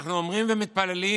אנחנו אומרים ומתפללים: